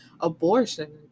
abortion